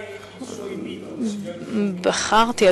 בחרתי,